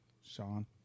Sean